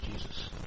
Jesus